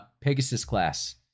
Pegasus-class